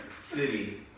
City